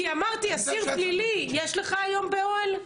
כי אמרתי אסיר פלילי, יש לך היום באוהל?